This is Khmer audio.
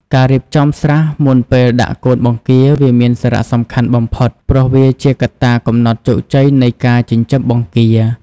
ការរៀបចំស្រះមុនពេលដាក់កូនបង្គា វាមានសារៈសំខាន់បំផុត ព្រោះវាជាកត្តាកំណត់ជោគជ័យនៃការចិញ្ចឹមបង្គា។